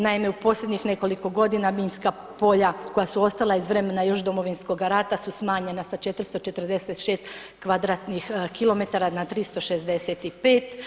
Naime, u posljednjih nekoliko godina minska polja koja su ostala iz vremena još Domovinskoga rata su smanjena sa 446 kvadratnih kilometara na 365.